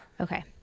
okay